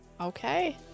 Okay